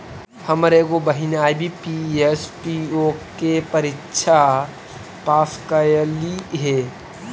हमर एगो बहिन आई.बी.पी.एस, पी.ओ के परीक्षा पास कयलइ हे